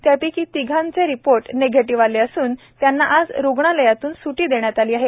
यापैकी तिघांचेही report negative आले असून त्यांना आज रुग्णालयातून स्टी देण्यात आली आहे